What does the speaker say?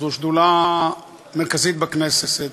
זו שדולה מרכזית בכנסת,